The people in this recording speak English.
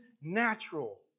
natural